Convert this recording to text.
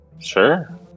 Sure